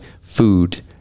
food